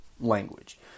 language